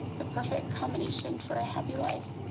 the perfect combination for a happy life.